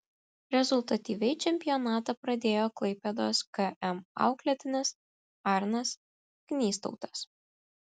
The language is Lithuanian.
rezultatyviai čempionatą pradėjo klaipėdos km auklėtinis arnas knystautas